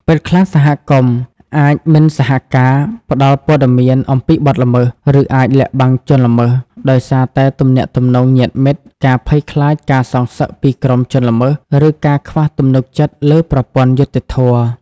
ពេលខ្លះ សហគមន៍អាច មិនសហការ ផ្តល់ព័ត៌មានអំពីបទល្មើស ឬអាច លាក់បាំងជនល្មើស ដោយសារតែទំនាក់ទំនងញាតិមិត្ត ការភ័យខ្លាចការសងសឹកពីក្រុមជនល្មើស ឬការខ្វះទំនុកចិត្តលើប្រព័ន្ធយុត្តិធម៌។